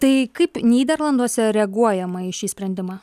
tai kaip nyderlanduose reaguojama į šį sprendimą